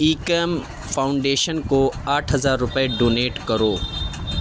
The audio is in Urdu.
ایکم فاؤنڈیشن کو آٹھ ہزار روپے ڈونیٹ کرو